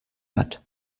hat